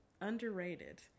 underrated